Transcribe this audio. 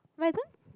but I can't